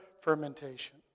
fermentation